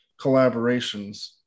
collaborations